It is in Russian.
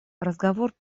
разговор